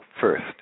first